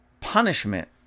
punishment